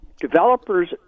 developers